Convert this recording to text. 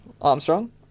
Armstrong